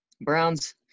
Browns